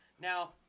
Now